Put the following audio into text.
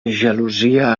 gelosia